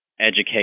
education